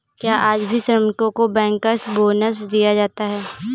क्या आज भी श्रमिकों को बैंकर्स बोनस दिया जाता है?